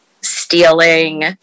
stealing